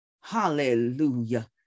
Hallelujah